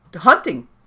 hunting